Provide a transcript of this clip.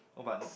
oh but